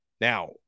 Now